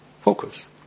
focus